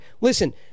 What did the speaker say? Listen